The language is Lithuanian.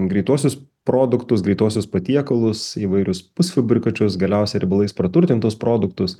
greituosius produktus greituosius patiekalus įvairius pusfabrikačius galiausiai riebalais praturtintus produktus